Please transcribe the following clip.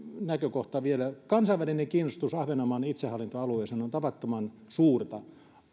näkökohta vielä kansainvälinen kiinnostus ahvenanmaan itsehallintoalueeseen on tavattoman suurta